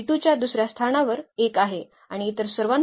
तर स्वाभाविकच हे चे रेषात्मक स्वतंत्र वेक्टर आहेत